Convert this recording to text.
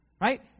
Right